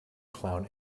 clown